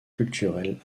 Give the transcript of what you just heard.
culturelle